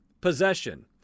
possession